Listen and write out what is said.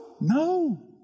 No